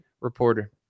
reporter